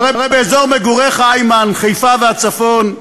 הרי באזור מגוריך, איימן, חיפה והצפון,